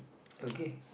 okay